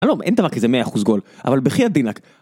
אני לא אומר, אין דבר כזה מאה אחוז גול, אבל בחייאת דינק...